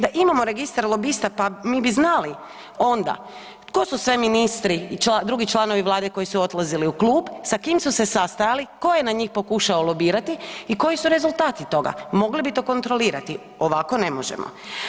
Da imamo registar lobista pa mi bi znali onda tko su sve ministri i drugi članovi Vlade koji su odlazili u klub, sa kim su se sastajali, tko je na njih pokušao lobirati i koji su rezultati toga, mogli bi to kontrolirati, ovako ne možemo.